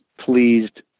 pleased